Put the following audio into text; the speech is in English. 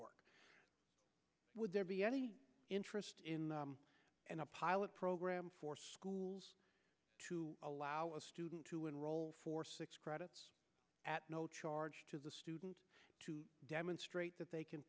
work would there be any interest in and a pilot program for schools to allow a student to enroll for six credits at no charge to the student to demonstrate that they can